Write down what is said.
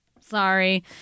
Sorry